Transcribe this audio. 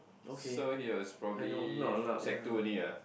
so he was probably sec two only ah